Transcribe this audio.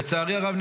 לצערי הרב,